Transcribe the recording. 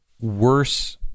worse